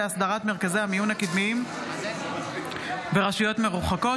משה טור פז בנושא: הסדרת מרכזי המיון הקדמיים ברשויות מרוחקות,